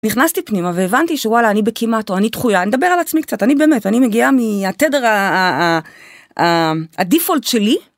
נכנסתי פנימה והבנתי שוואלה אני בכמעט אני דחויה לדבר על עצמי קצת אני באמת אני מגיעה מהתדר הדיפולט שלי.